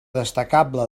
destacable